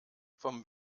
vom